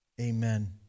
Amen